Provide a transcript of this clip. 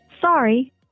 Sorry